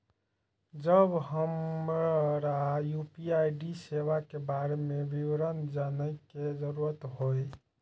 जब हमरा यू.पी.आई सेवा के बारे में विवरण जानय के जरुरत होय?